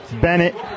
Bennett